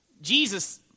Jesus